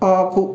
ఆపు